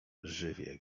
żywię